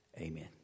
Amen